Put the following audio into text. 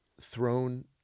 thrown